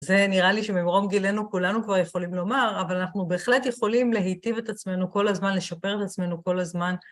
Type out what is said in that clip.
זה נראה לי שממרום גילנו, כולנו כבר יכולים לומר, אבל אנחנו בהחלט יכולים להיטיב את עצמנו כל הזמן, לשפר את עצמנו כל הזמן.